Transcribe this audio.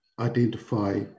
identify